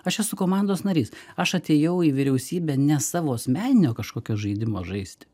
aš esu komandos narys aš atėjau į vyriausybę ne savo asmeninio kažkokio žaidimo žaisti